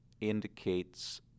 indicates